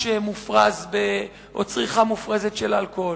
מופרז או מצריכה מופרזת של אלכוהול.